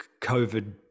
COVID